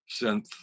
synth